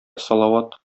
салават